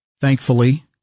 Thankfully